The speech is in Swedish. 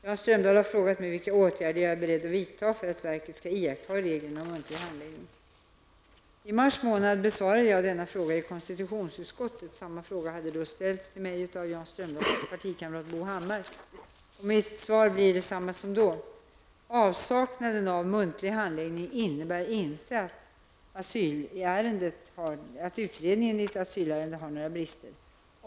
Jan Strömdahl har frågat mig vilka åtgärder jag är beredd att vidta för att verket skall iaktta reglerna om muntlig handläggning. I mars månad besvarade jag denna fråga i konstitutionsutskottet. Samma fråga hade då ställts till mig av Jan Strömdahls partikamrat Bo Hammar. Mitt svar blir detsamma som då. Avsaknaden av muntlig handläggning innebär inte att utredningen i ett asylärende har några brister.